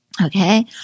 Okay